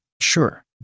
Sure